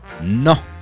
No